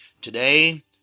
Today